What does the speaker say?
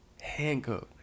handcuffed